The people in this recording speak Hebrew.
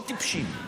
לא טיפשים,